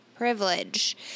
privilege